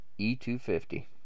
E250